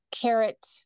carrot